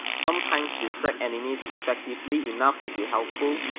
sometimes distract enemies effectively enough to be helpful,